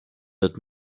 note